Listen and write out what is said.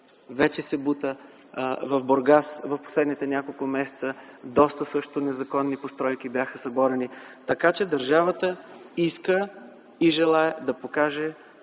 вече се бута, в Бургас в последните няколко месеца също доста незаконни постройки бяха съборени. Така че, държавата иска и желае да покаже,